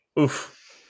Oof